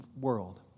world